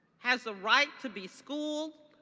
has a right to be schooled,